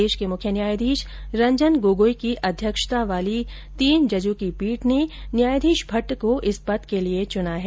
देश के मुख्य न्यायाधीश रंजन गोगोई की अध्यक्षता वाली तीन जजों की पीठ ने न्यायाधीश भट्ट को इस पद के लिये चुना है